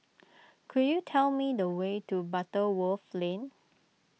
could you tell me the way to Butterworth Lane